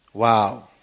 wow